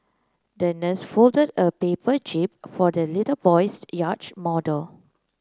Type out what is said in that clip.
the nurse folded a paper jib for the little boy's yacht model